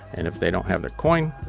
and if they don't have their coin,